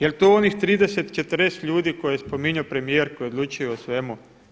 Jel' to onih 30, 40 ljudi koje je spominjao premijer koji odlučuje o svemu?